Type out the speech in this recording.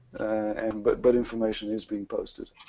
and, but but information is being posted.